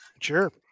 Sure